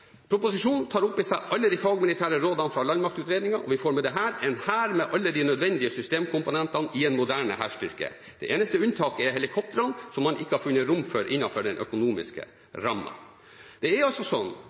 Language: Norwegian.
tar opp i seg alle de fagmilitære rådene fra Landmaktutredningen, og vi får med dette en hær med alle de nødvendige systemkomponentene i en moderne hærstyrke. Det eneste unntaket er helikoptrene, som man ikke har funnet rom for innenfor den økonomiske rammen.» Det er altså sånn